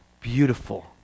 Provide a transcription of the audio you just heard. beautiful